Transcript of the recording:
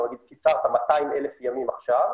200,000 ימים עכשיו,